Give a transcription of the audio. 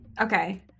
Okay